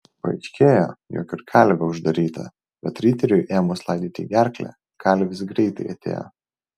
paaiškėjo jog ir kalvė uždaryta bet riteriui ėmus laidyti gerklę kalvis greitai atėjo